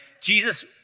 Jesus